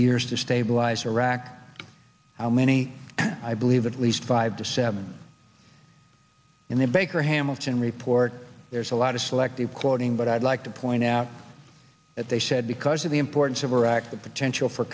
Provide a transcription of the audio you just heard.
years to stabilize iraq how many i believe at least five to seven in the baker hamilton report there's a lot of selective quoting but i'd like to point out that they said because of the importance of iraq the potential for